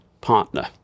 partner